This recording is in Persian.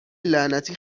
لعنتی